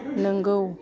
नोंगौ